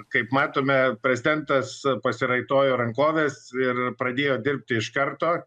kaip matome prezidentas pasiraitojo rankoves ir pradėjo dirbti iš karto